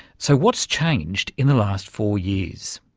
so what's changed in the last four years?